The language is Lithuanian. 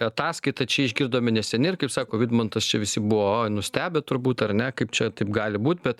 ataskaitą čia išgirdome neseniai ir kaip sako vidmantas čia visi buvo oi nustebę turbūt ar ne kaip čia taip gali būt bet